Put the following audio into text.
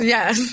Yes